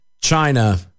China